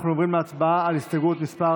אנחנו עוברים להצבעה על הסתייגות מס'